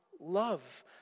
love